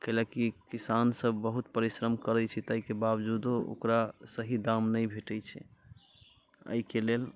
कए लऽ कऽ कि किसानसब बहुत परिश्रम करै छै ताहिके बावजूदो ओकरा सही दाम नहि भेटै छै एहिके लेल